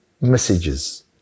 messages